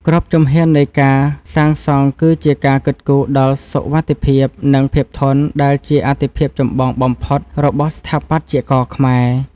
គ្រប់ជំហាននៃការសាងសង់គឺជាការគិតគូរដល់សុវត្ថិភាព និង ភាពធន់ដែលជាអាទិភាពចម្បងបំផុតរបស់ស្ថាបត្យករខ្មែរ។